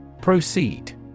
Proceed